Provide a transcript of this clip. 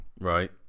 Right